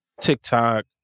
TikTok